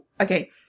okay